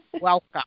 welcome